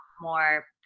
more